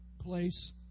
place